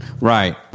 Right